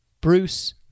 Bruce